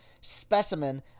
specimen